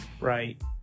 right